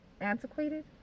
antiquated